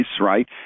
right